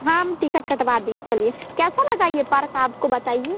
हम टिकट कटवा दिए चलिए कैसा लगा ये पार्क आपको बताइए